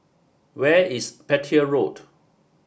where is Petir Road